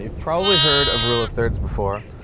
ah probably heard of a rule of thirds before.